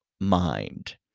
mind